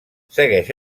segueix